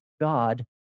God